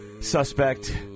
suspect